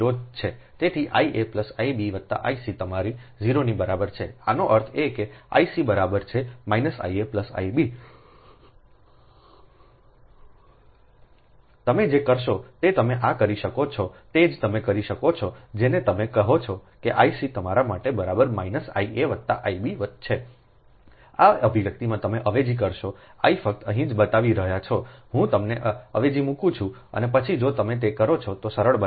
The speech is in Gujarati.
તેથી I a plus I b વત્તા I c તમારી 0 ની બરાબર છેઆનો અર્થ એ કે I c બરાબર છે I a I b તેથી જ તમે જે કરશો તે તમે આ કરી શકો તે જ તમે કરી શકો છો જેને તમે કહો છો કે I c તમારા માટે બરાબર માઈનસ I a વત્તા I b છુંઆ અભિવ્યક્તિમાં તમે અવેજી કરશો I ફક્ત અહીં જ બતાવી રહ્યો નથી હું તમને અવેજી મૂકું છું અને પછી જો તમે કરો તો સરળ બનાવશો